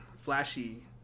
flashy